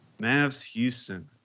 Mavs-Houston